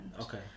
okay